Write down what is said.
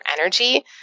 energy